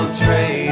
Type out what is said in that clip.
trade